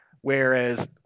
whereas